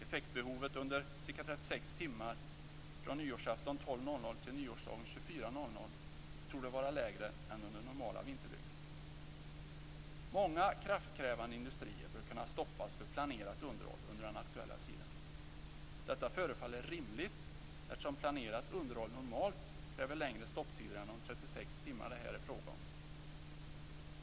Effektbehovet under ca 36 timmar från nyårsafton kl. 12.00 till nyårsdagen kl. 24.00 torde vara lägre än under normala vinterdygn. Många kraftkrävande industrier bör kunna stoppas för planerat underhåll under den aktuella tiden. Detta förefaller rimligt, eftersom planerat underhåll normalt kräver längre stopptider än de 36 timmar som det här är fråga om.